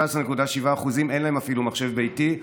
ל-15.7% אין אפילו מחשב ביתי.